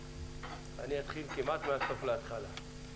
אני אתחיל כמעט מהסוף להתחלה.